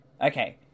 Okay